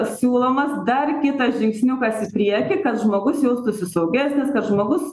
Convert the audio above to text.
siūlomas dar kitas žingsniukas į priekį kad žmogus jaustųsi saugesnis kad žmogus